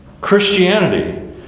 Christianity